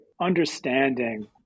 understanding